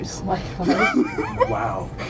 Wow